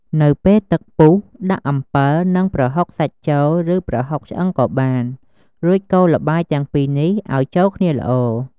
នៅពេលទឹកពុះដាក់អំពិល និង ប្រហុកសាច់ចូលឫប្រហុកឆ្អឺងក៏បាន រួចកូរល្បាយទាំងពីរនេះឲ្យចូលគ្នាល្អ។